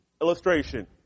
Illustration